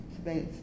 space